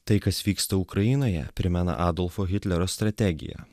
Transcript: tai kas vyksta ukrainoje primena adolfo hitlerio strategiją